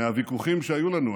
מהוויכוחים שהיו לנו.